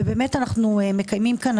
ואנו מקיימים כאן,